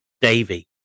Davy